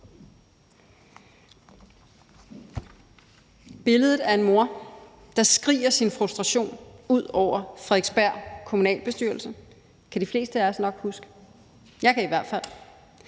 Billedet af en mor, der skriger sin frustration ud over Frederiksberg kommunalbestyrelse, kan de fleste af os nok huske – jeg kan i hvert fald.